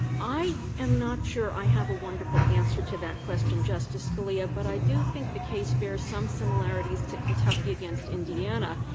i am not sure i have a wonderful answer to that question, justice scalia, but i do think the case bears some similarities to kentucky against indiana,